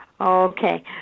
Okay